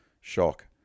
Shock